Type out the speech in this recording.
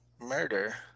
murder